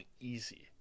easy